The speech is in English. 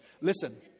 Listen